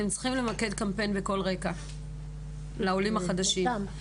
אתם צריכים למקד קמפיין בכל רקע לעולים החדשים.